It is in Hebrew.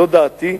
וזאת דעתי,